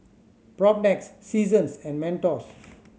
Propnex Seasons and Mentos